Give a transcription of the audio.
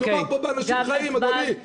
מדובר פה באנשים חיים, אדוני.